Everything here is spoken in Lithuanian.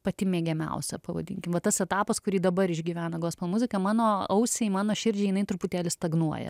pati mėgiamiausia pavadinkim va tas etapas kurį dabar išgyvena gospel muzika mano ausiai mano širdžiai jinai truputėlį stagnuoja